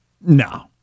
No